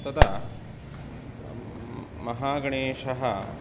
तदा महागणेशः